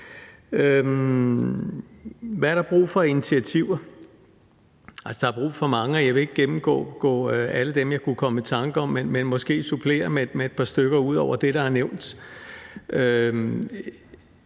Hvad er der brug for af initiativer? Der er brug for mange, og jeg vil ikke gennemgå alle dem, jeg kunne komme i tanke om, men jeg vil måske supplere med et par stykker ud over dem, der er nævnt.